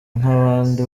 nk’abandi